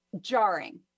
jarring